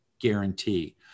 guarantee